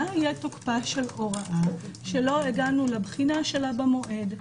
מה יהיה תוקפה של הוראה שלא הגענו לבחינה שלה במועד,